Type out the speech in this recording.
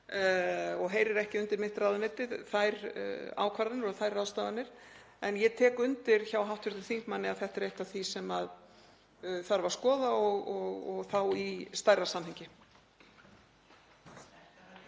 og heyrir ekki undir mitt ráðuneyti, þær ákvarðanir og þær ráðstafanir. En ég tek undir með hv. þingmanni að þetta er eitt af því sem þarf að skoða og þá í stærra samhengi.